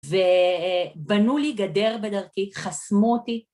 ובנו לי גדר בדרכי, חסמו אותי.